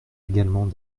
également